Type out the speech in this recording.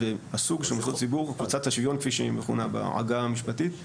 הסוג של מוסדות ציבור מצא את השוויון כפי שהיא מוכנה בעגה המשפטית,